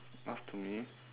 off to me